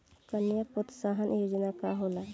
कन्या प्रोत्साहन योजना का होला?